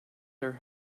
their